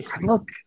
Look